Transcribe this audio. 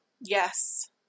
yes